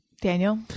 Daniel